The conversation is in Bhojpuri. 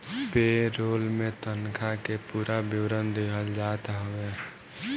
पे रोल में तनखा के पूरा विवरण दिहल जात हवे